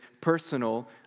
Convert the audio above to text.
personal